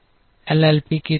L L P की तुलना में